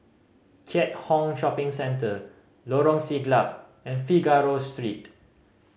Keat Hong Shopping Centre Lorong Siglap and Figaro Street